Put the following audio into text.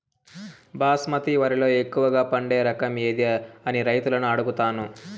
బాస్మతి వరిలో ఎక్కువగా పండే రకం ఏది అని రైతులను అడుగుతాను?